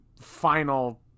final